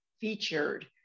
featured